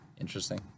interesting